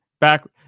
back